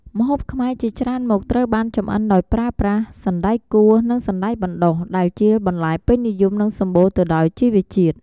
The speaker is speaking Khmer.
ម្ហូបខ្មែរជាច្រើនមុខត្រូវបានចម្អិនដោយប្រើប្រាស់ សណ្តែកគួរ និង សណ្តែកបណ្តុះ ដែលជាបន្លែពេញនិយម និងសម្បូរទៅដោយជីវជាតិ។